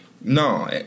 No